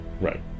Right